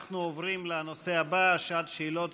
אנחנו עוברים לנושא הבא: שעת שאלות